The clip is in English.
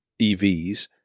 EVs